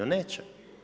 Neće.